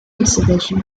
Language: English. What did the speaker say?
exhibition